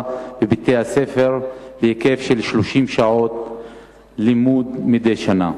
בבתי-הספר בהיקף של 30 שעות לימוד מדי שנה.